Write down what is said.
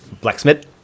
Blacksmith